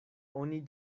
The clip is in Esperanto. oni